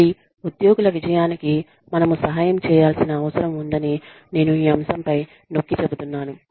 మళ్ళీ ఉద్యోగుల విజయానికి మనము సహాయం చేయాల్సిన అవసరం ఉందని నేను ఈ అంశంపై నొక్కి చెబుతున్నాను